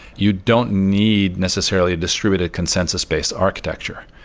you don't need necessarily distributed consensus-based architecture,